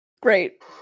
Great